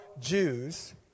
Jews